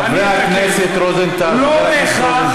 חבר הכנסת רוזנטל, אני אתקן.